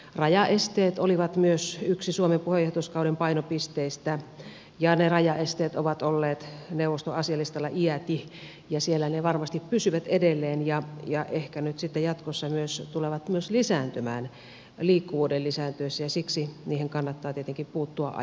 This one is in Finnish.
rajaesteet olivat myös yksi suomen puheenjohtajuuskauden painopisteistä ja ne rajaesteet ovat olleet neuvoston asialistalla iäti ja siellä ne varmasti pysyvät edelleen ja ehkä nyt sitten jatkossa tulevat myös lisääntymään liikkuvuuden lisääntyessä ja siksi niihin kannattaa tietenkin puuttua ajoissa